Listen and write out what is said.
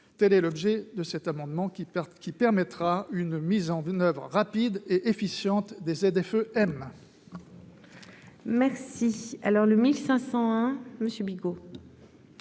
Tel est l'objet de cet amendement, qui permettra une mise en oeuvre rapide et efficiente des ZFE-m.